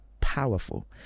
powerful